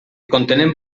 contenen